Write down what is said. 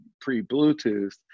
pre-Bluetooth